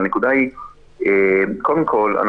קודם כול,